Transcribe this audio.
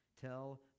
tell